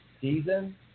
season